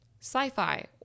sci-fi